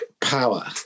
power